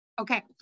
Okay